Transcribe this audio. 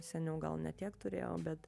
seniau gal ne tiek turėjau bet